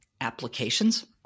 applications